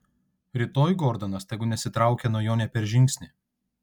rytoj gordonas tegu nesitraukia nuo jo nė per žingsnį